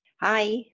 Hi